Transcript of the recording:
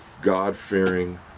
God-fearing